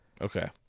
Okay